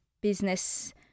business